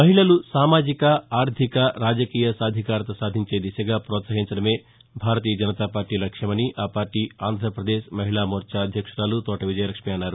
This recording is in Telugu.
మహిళలు సామాజిక ఆర్థిక రాజకీయ సాధికారత సాధించే దిశగా పోత్పాహించడమే భారతీయ జనతాపార్లీ లక్ష్యమని ఆ పార్లీ ఆంధ్రప్రదేశ్ మహిళా మోర్పా అధ్యక్షురాలు తోట విజయలక్ష్మి అన్నారు